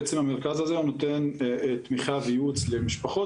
בעצם המרכז הזה נותן תמיכה וייעוץ למשפחות